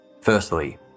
Firstly